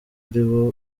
ari